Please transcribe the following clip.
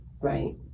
right